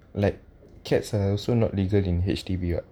like cats are also not legal in H_D_B [what]